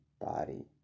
body